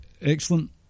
excellent